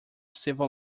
civil